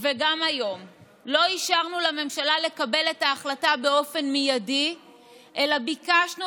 וגם היום לא אישרנו לממשלה לקבל את ההחלטה באופן מיידי אלא ביקשנו